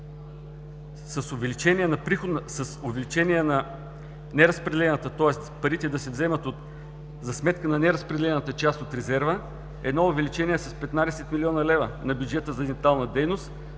с увеличение на неразпределенията, тоест парите да се вземат за сметка на неразпределената част от резерва, едно увеличение с 15 млн. лв. на бюджета за дентална дейност,